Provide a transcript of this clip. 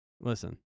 listen